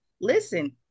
listen